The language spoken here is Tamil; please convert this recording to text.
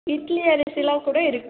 இட்லி அரிசிலாம் கூட இருக்குது